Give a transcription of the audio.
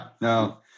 No